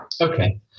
Okay